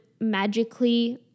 magically